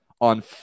on